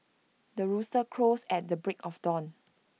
the rooster crows at the break of dawn